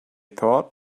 thought